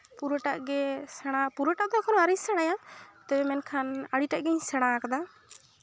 ᱯᱩᱨᱟᱹᱴᱟᱜ ᱜᱮ ᱥᱮᱬᱟ ᱯᱩᱨᱟᱹᱴᱟ ᱫᱚ ᱮᱠᱷᱚᱱᱳ ᱟᱣᱨᱤᱧ ᱥᱮᱬᱟᱭᱟ ᱛᱳ ᱢᱮᱱᱠᱷᱟᱱ ᱟᱹᱰᱤᱴᱟᱜ ᱜᱤᱧ ᱥᱮᱬᱟ ᱟᱠᱟᱫᱟ